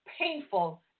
painful